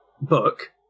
book